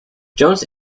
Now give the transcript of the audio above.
jones